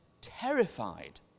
terrified